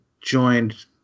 joined